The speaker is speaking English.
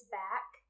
back